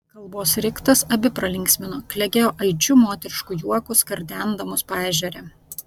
kalbos riktas abi pralinksmino klegėjo aidžiu moterišku juoku skardendamos paežerę